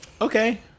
Okay